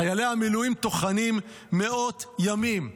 חיילי המילואים טוחנים מאות ימים.